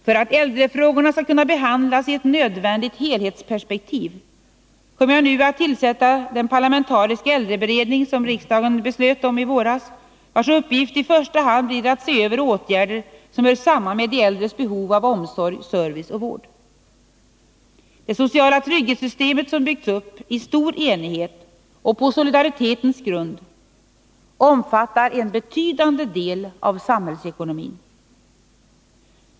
För att äldrefrågorna skall kunna behandlas i ett nödvändigt helhetsperspektiv kommer jag nu att tillsätta den parlamentariska äldreberedning som riksdagen beslöt om i våras och vars uppgift i första hand blir att se över åtgärder som hör samman med de äldres behov av omsorg, service och vård. Det sociala trygghetssystemet, som byggts upp i stor enighet och på solidaritetens grund, omfattar en betydande del av samhällsekonomin.